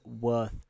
worth